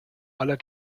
aller